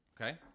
Okay